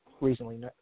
recently